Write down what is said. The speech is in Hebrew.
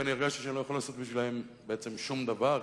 ואני הרגשתי שאני לא יכול לעשות בשבילם בעצם שום דבר,